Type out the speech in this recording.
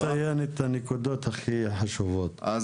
תציין את הנקודות החשובות ביותר.